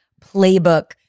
playbook